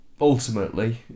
ultimately